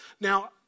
Now